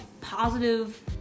positive